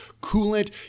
coolant